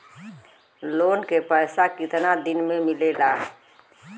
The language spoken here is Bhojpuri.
लोन के पैसा कितना दिन मे मिलेला?